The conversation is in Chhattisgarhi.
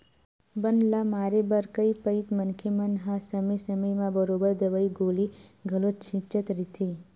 बन ल मारे बर कई पइत मनखे मन हा समे समे म बरोबर दवई गोली घलो छिंचत रहिथे